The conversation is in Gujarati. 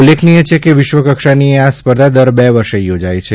ઉલ્લેખનીય છે કે વિશ્વકક્ષાની આ સ્પર્ધા દર બે વર્ષે યોજાય છે